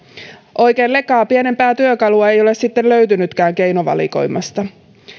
oikein lekaa pienempää työkalua ei ole sitten löytynytkään keinovalikoimasta